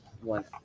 one